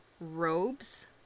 robes